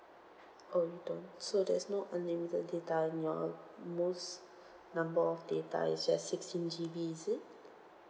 oh you don't so there's no unlimited data and your most number of data is just sixteen G_B is it